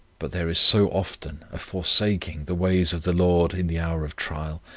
but there is so often a forsaking the ways of the lord in the hour of trial,